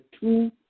two